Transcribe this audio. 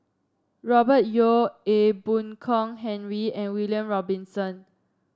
Robert Yeo Ee Boon Kong Henry and William Robinson